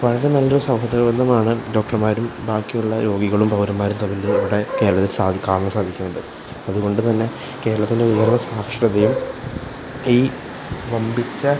വളരെ നല്ല ഒരു സൗഹൃദമാണ് ഡോക്ടർമാരും ബാക്കി ഉള്ള രോഗികളും പൗരന്മാരും തന്നെ ഇവിടെ കേരളത്തിൽ കാണാൻ സാധിക്കുന്നത് അതുകൊണ്ട് തന്നെ കേരളത്തിൻ്റെ ഓരോ സാക്ഷരതയും ഈ വമ്പിച്ച